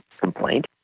complaint